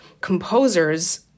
composers